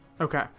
Okay